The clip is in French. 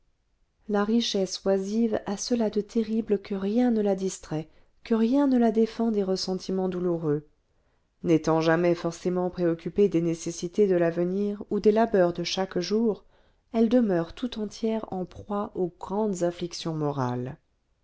la richesse oisive a cela de terrible que rien ne la distrait que rien ne la défend des ressentiments douloureux n'étant jamais forcément préoccupée des nécessités de l'avenir ou des labeurs de chaque jour elle demeure tout entière en proie aux grandes afflictions morales